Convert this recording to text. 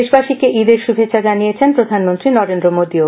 দেশবাসীকে ঈদের শুভেচ্ছা জানিয়েছেন প্রধানমন্ত্রী নরেন্দ্র মোদিও